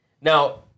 Now